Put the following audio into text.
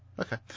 Okay